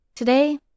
Today